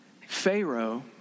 Pharaoh